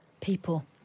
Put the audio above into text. People